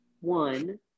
one